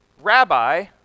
Rabbi